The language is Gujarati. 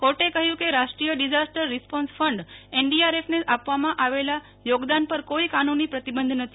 કોર્ટે કહ્યું કે રાષ્ટ્રીય ડિઝાસ્ટર રિસ્પોન્સ ફંડ એનડીઆરેફને આપવામાં આવેલા યોગદાન પર કોઈ કાનૂની પ્રતિબંધ નથી